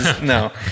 no